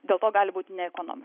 dėl to gali būti neekonomiš